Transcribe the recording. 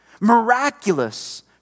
Miraculous